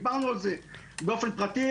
דיברנו על זה באופן פרטי.